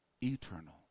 eternal